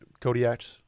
Kodiaks